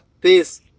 peace